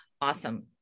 Awesome